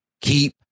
keep